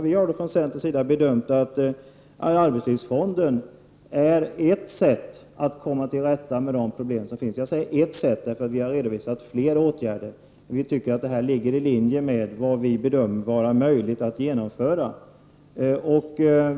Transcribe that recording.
Vi har från centerns sida bedömt att arbetslivsfonden är ett sätt att komma till rätta med de problem som finns — jag säger ett sätt, därför att vi har redovisat flera åtgärder. Men det här ligger i linje med vad vi bedömer vara möjligt att genomföra.